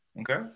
Okay